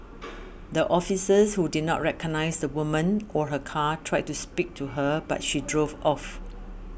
the officers who did not recognise the woman or her car tried to speak to her but she drove off